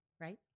right